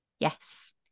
Yes